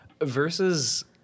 Versus